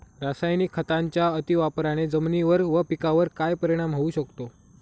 रासायनिक खतांच्या अतिवापराने जमिनीवर व पिकावर काय परिणाम होऊ शकतो?